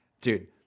Dude